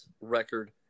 record